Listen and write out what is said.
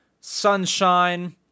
Sunshine